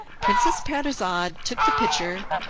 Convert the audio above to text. princess parizade took the pitcher,